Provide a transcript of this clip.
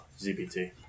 ZBT